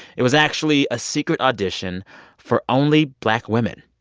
it was actually a secret audition for only black women.